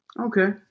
Okay